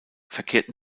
verkehrten